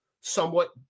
somewhat